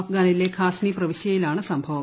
അഫ്ഗാനിലെ ഘാസ്നി പ്രവിശൃയിലാണ് സംഭവം